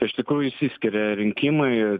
iš tikrųjų išsiskiria rinkimai